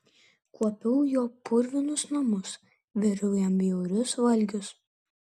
kuopiau jo purvinus namus viriau jam bjaurius valgius